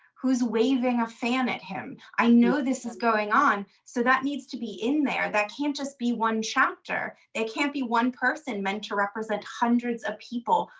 who is waving a fan at him? i know this is going on, so that needs to be in there. that can't just be one chapter. that can't be one person meant to represent hundreds of people.